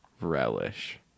relish